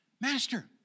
Master